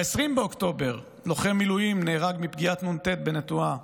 ב-20 באוקטובר לוחם מילואים נהרג מפגיעת נ"ט בנטועה,